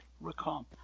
recall